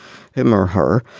him or her,